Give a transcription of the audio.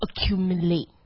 accumulate